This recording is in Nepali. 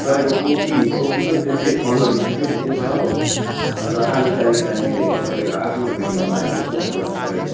तपाईँको कोपी कोपी पनि त्यस्तै पन्ध्र बिस रुपियाँ त्यस्तै छ हो अन्त आलु चाहिँ अलिक अहिले तपाईँको आठ नौ केजी रुपियाँ लानुहुन्छ सबैले